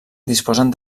disposen